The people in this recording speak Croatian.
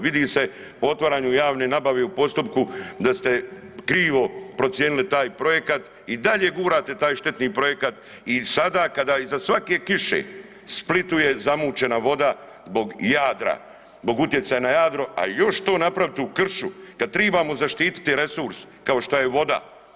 Vidi se po otvaranju javne nabave u postupku da ste krivo procijenili taj projekat i dalje gurate taj štetni projekat i sada kada iza svake kiše Splitu je zamućena voda zbog Jadra, zbog utjecaja na Jadro, a još to napraviti u kršu kad tribamo zaštititi resurs kao šta je voda.